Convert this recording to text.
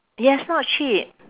yes not cheap